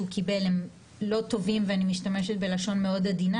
קיבל לא טובים ואני משתמשת בלשון מאוד עדינה